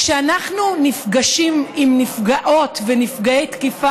כשאנחנו נפגשים עם נפגעות ונפגעי תקיפה